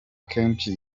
kenshi